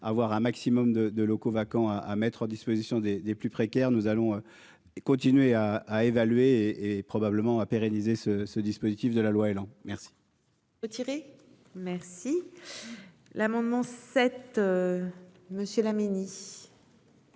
avoir un maximum de de locaux vacants à mettre à disposition des des plus précaires. Nous allons. Continuer à, à évaluer et probablement à pérenniser ce ce dispositif de la loi Elan merci. Oh tirer merci. L'amendement cette.